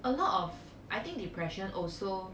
a lot of I think depression also